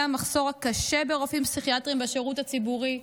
המחסור הקשה ברופאים פסיכיאטריים בשירות הציבורי.